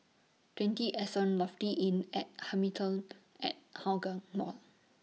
twenty Anson Lofi Inn At Hamilton At Hougang Mall